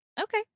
Okay